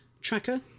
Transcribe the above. tracker